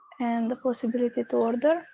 and the possibility to order.